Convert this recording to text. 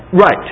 Right